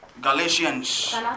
Galatians